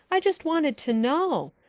i just wanted to know.